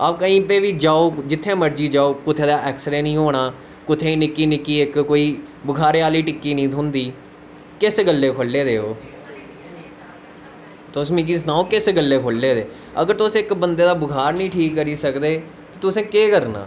आप कहीं पे बी जाओ जित्थें मर्जी जाओ कुसे दा ऐक्सरे नी होना कुसेंई निक्की निक्की इक कोई बखारे आह्ली टिक्की नी थ्होंदी किस गल्ला खोल्ले दे ओह् तुस मिगी सनाओ किस गल्ला खोले दे अगर तुस इक बंदे दा बखार नी ठीक करी सकदे ते तुसें केह्करना